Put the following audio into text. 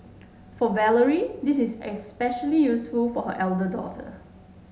for Valerie this is especially useful for her elder daughter